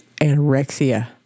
anorexia